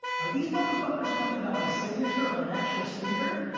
are these motherfuckers talking about my signature on an actual sneaker?